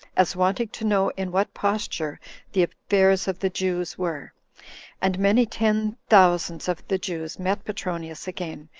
as wanting to know in what posture the affairs of the jews were and many ten thousands of the jews met petronius again,